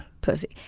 Pussy